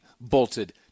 bolted